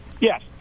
Yes